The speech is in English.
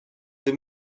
the